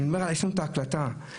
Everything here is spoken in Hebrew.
יש לנו את ההקלטה.